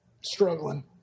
struggling